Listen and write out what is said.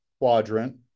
quadrant